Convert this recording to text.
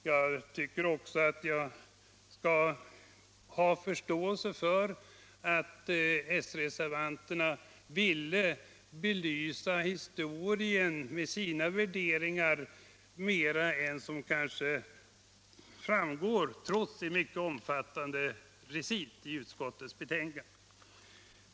Jag tycker också att man skall ha förståelse för att s-reservanterna ville belysa historien med sina värderingar trots en mycket omfattande recit i utskottets betänkande.